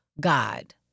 God